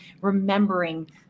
remembering